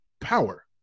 Power